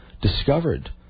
discovered